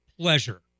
pleasure